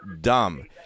dumb